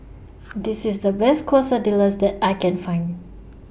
This IS The Best Quesadillas that I Can Find